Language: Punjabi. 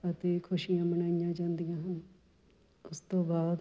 ਅਤੇ ਖੁਸ਼ੀਆਂ ਮਨਾਈਆਂ ਜਾਂਦੀਆਂ ਹਨ ਉਸ ਤੋਂ ਬਾਅਦ